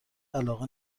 علاقه